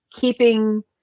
keeping